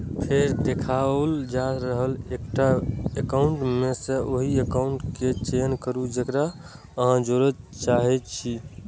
फेर देखाओल जा रहल एकाउंट मे सं ओहि एकाउंट केर चयन करू, जेकरा अहां जोड़य चाहै छी